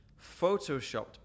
Photoshopped